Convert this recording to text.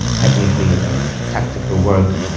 technically and tactical work